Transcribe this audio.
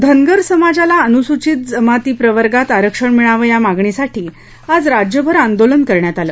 धनगर समाजाला अनुसूचित जामाती प्रवर्गात आरक्षण मिळावं या मागणीसाठी आज राज्यभर आंदोलन करण्यात आलं